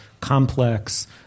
complex